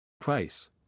Price